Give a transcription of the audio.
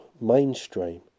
mainstream